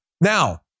Now